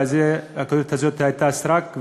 והכותרת הזאת הייתה סרק,